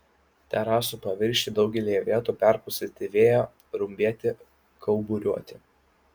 terasų paviršiai daugelyje vietų perpustyti vėjo rumbėti kauburiuoti